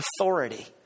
authority